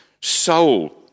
soul